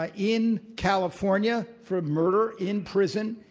ah in california for murder in prison.